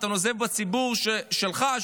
אתה נוזף בציבור שלך,